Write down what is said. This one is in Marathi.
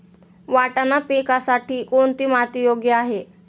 वाटाणा पिकासाठी कोणती माती योग्य आहे?